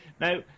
Now